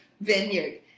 vineyard